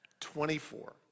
24